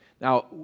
Now